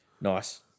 Nice